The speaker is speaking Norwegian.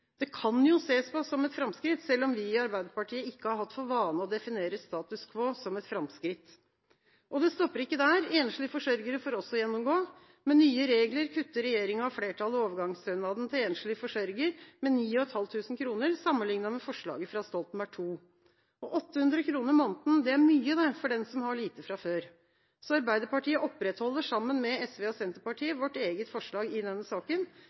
Det kan jo ses på som et framskritt, selv om vi i Arbeiderpartiet ikke har hatt for vane å definere status quo som et framskritt. Og det stopper ikke der. Enslige forsørgere får også gjennomgå. Med nye regler kutter regjeringa og flertallet overgangsstønaden til enslig forsørger med 9 500 kr sammenlignet med forslaget fra Stoltenberg II. Og 800 kr i måneden er mye for den som har lite fra før. Arbeiderpartiet opprettholder sammen med SV og Senterpartiet vårt eget forslag i denne saken.